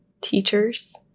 Teachers